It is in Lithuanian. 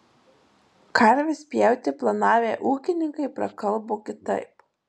karves pjauti planavę ūkininkai prakalbo kitaip